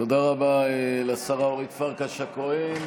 תודה רבה לשרה אורית פרקש הכהן.